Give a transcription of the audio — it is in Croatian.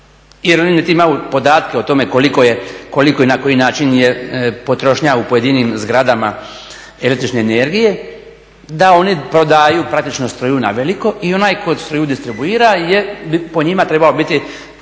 jer oni niti imaju podatke o tome koliko i na koji način je potrošnja u pojedinim zgradama električne energije da oni prodaju praktično struju na veliko i onaj tko struju distribuira bi po njima trebao biti